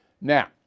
Now